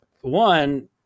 One